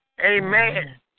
Amen